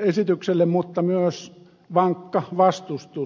esitykselle mutta myös vankka vastustus